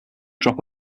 drop